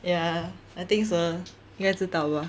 ya I think so 应该知道吧